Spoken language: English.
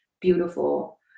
beautiful